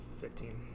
fifteen